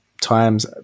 times